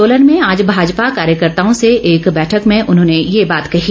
सोलन में आज भाजपा कार्यकर्ताओं से एक बैठक में उन्होंने ये बात कही